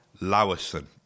Lawson